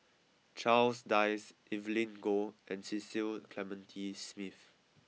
Charles Dyce Evelyn Goh and Cecil Clementi Smith